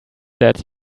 dead